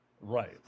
Right